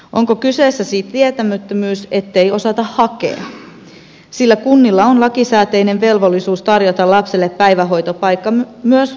onko kyseessä siis tietämättömyys ettei osata hakea sillä kunnilla on lakisääteinen velvollisuus tarjota lapselle päivähoitopaikka myös vuoropäivähoitopaikka